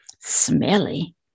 smelly